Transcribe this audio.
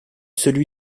celui